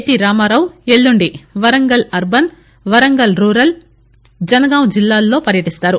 T Ramarao ఎల్లుండి Warangal urban Warangal rural Jangaon జిల్లాల్లో పర్యటిస్తారు